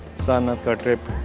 sarnath's trip